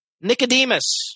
Nicodemus